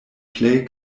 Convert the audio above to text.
plej